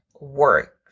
work